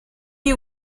you